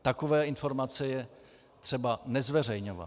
Takové informace je třeba nezveřejňovat.